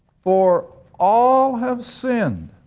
for all have sinned,